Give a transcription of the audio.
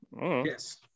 Yes